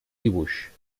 dibuix